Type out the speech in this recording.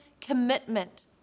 commitment